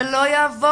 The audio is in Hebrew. זה לא יעבוד,